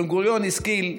בן-גוריון השכיל,